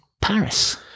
Paris